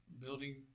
building